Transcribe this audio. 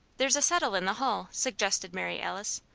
there's a settle in the hall, suggested mary alice.